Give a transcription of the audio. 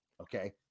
okay